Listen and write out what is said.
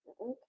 Okay